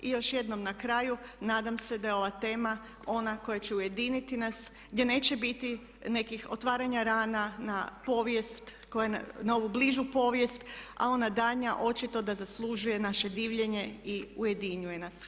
I još jednom na kraju nadam se da je ova tema ona koja će ujediniti nas, gdje neće biti nekih otvaranja rana na povijest, na ovu bližu povijest, a ona daljnja očito da zaslužuje naše divljenje i ujedinjuje nas.